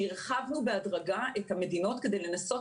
והרחבנו בהדרגה את המדינות כדי לנסות